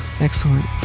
Excellent